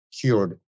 cured